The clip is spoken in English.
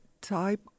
type